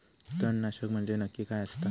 तणनाशक म्हंजे नक्की काय असता?